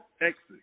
exit